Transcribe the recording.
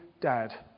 dad